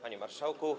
Panie Marszałku!